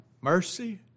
mercy